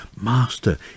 Master